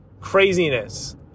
craziness